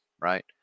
right